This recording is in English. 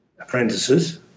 apprentices